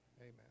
Amen